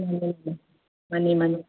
ꯎꯝ ꯃꯥꯅꯤ ꯃꯥꯅꯤ